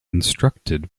instructed